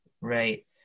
right